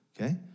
okay